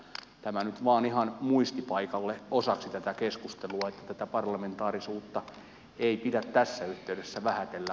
tämä nyt vain ihan muistipaikalle osaksi tätä keskustelua että tätä parlamentaarisuutta ei pidä tässä yhteydessä vähätellä